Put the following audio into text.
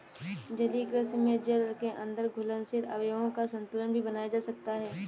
जलीय कृषि से जल के अंदर घुलनशील अवयवों का संतुलन भी बनाया जा सकता है